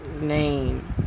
name